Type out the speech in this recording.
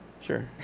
Sure